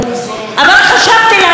אבל חשבתי לעצמי: